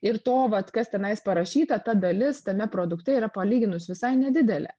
ir to vat kas tenais parašyta ta dalis tame produkte yra palyginus visai nedidelė